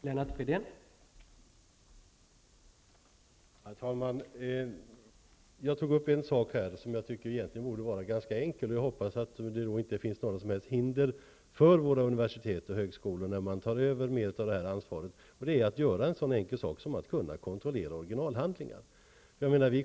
Herr talman! Jag tog upp en sak som jag tycker borde vara ganska enkel och som jag hoppas att det inte finns några som helst hinder för när universitet och högskolor tar över mer av ansvaret, och det är en så enkel sak som att kontrollera originalhandlingar.